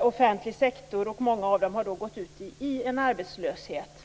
offentlig sektor. Många av dem har gått ut i arbetslöshet.